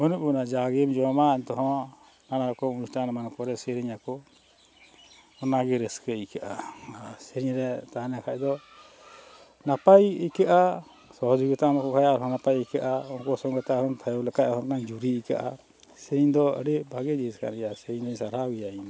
ᱵᱟᱹᱱᱩᱜ ᱵᱚᱱᱟ ᱡᱟᱜᱮᱢ ᱡᱚᱢᱟ ᱮᱱᱛᱮ ᱦᱚᱸ ᱱᱟᱱᱟ ᱨᱚᱠᱚᱢ ᱚᱱᱩᱥᱴᱷᱟᱱ ᱮᱢᱟᱱ ᱠᱚᱨᱮ ᱥᱮᱨᱮᱧ ᱟᱠᱚ ᱚᱱᱟᱜᱮ ᱨᱟᱹᱥᱠᱟᱹ ᱟᱹᱭᱠᱟᱹᱜᱼᱟ ᱟᱨ ᱥᱮᱨᱮᱧ ᱨᱮ ᱛᱟᱦᱮᱸ ᱞᱮᱱᱠᱷᱟᱱ ᱫᱚ ᱱᱟᱯᱟᱭ ᱟᱹᱭᱠᱟᱹᱜᱼᱟ ᱥᱚᱦᱚᱡᱳᱜᱤᱛᱟ ᱮᱢᱟ ᱠᱚ ᱠᱷᱟᱱ ᱟᱨᱦᱚᱸ ᱱᱟᱯᱟᱭ ᱟᱹᱭᱠᱟᱹᱜᱼᱟ ᱩᱱᱠᱩ ᱥᱚᱸᱜᱮ ᱛᱮ ᱟᱢᱦᱚᱸᱢ ᱛᱷᱟᱭᱚ ᱞᱮᱠᱷᱟᱱ ᱦᱚᱸ ᱢᱤᱫᱴᱟᱝ ᱡᱩᱨᱤ ᱟᱹᱭᱠᱟᱹᱜᱼᱟ ᱥᱮᱨᱮᱧ ᱫᱚ ᱟᱹᱰᱤ ᱵᱷᱟᱜᱮ ᱡᱤᱱᱤᱥ ᱠᱟᱱ ᱜᱮᱭᱟ ᱥᱮᱨᱮᱧ ᱫᱚᱧ ᱥᱟᱨᱦᱟᱣ ᱜᱮᱭᱟ ᱤᱧᱫᱚ